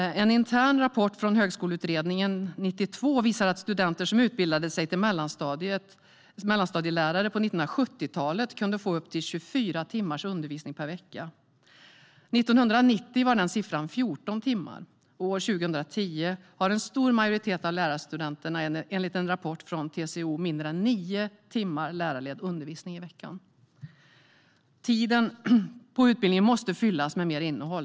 En intern rapport från Högskoleutredningen 1992 visade att studenter som utbildade sig till mellanstadielärare på 1970-talet kunde få upp till 24 timmars undervisning per vecka, och 1990 var den siffran 14 timmar. År 2010 hade en stor majoritet av lärarstudenterna, enligt en rapport från TCO, mindre än 9 timmar lärarledd undervisning i veckan. Tiden på utbildningen måste fyllas med mer innehåll.